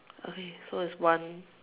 okay so it's one